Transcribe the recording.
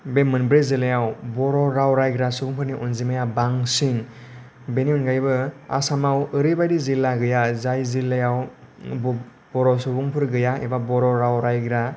बे मोनब्रै जिल्लायाव बर' राव रायग्रा सुबुंफोरनि अनजिमाया बांसिन बेनि अनगायैबो आसामाव ओरैबायदि जिल्ला गैया जाय जिलाया बर' सुबुंफोर गैया एबा बर' राव रायग्रा